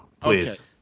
Please